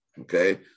okay